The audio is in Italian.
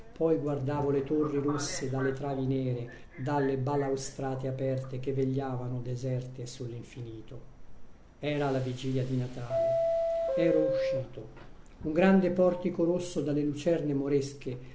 poi guardavo le torri rosse dalle travi nere dalle balaustrate aperte che vegliavano deserte sull'infinito era la vigilia di natale ero uscito un grande portico rosso dalle lucerne moresche